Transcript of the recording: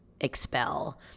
expel